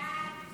את